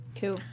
Cool